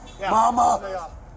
Mama